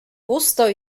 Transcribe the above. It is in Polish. pusto